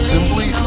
simply